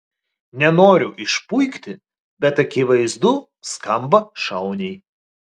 nenoriu išpuikti bet akivaizdu skamba šauniai